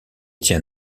tient